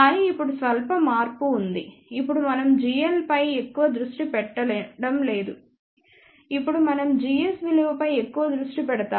కానీ ఇప్పుడు స్వల్ప మార్పు ఉంది ఇప్పుడు మనం gl పై ఎక్కువ దృష్టి పెట్టడం లేదు ఇప్పుడు మనం gs విలువ పై ఎక్కువ దృష్టి పెడతాము